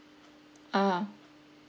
ah